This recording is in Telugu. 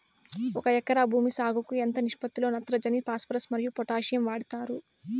ఒక ఎకరా భూమి సాగుకు ఎంత నిష్పత్తి లో నత్రజని ఫాస్పరస్ మరియు పొటాషియం వాడుతారు